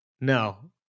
No